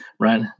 Right